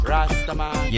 Rastaman